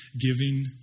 giving